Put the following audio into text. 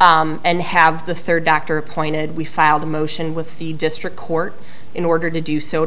and have the third doctor appointed we filed a motion with the district court in order to do so